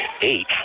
eight